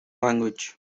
language